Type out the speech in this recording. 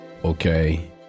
Okay